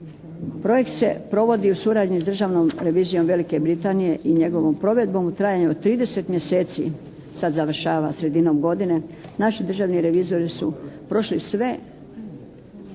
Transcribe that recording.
Projekt se provodi u suradnji s Državnom revizijom Velike Britanije i njegovom provedbom u trajanju od 30 mjeseci, sada završava sredinom godine. Naši državni revizori su prošli sve